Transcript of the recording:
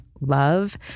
love